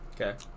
Okay